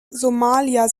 somalia